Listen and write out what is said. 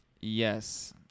Yes